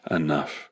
enough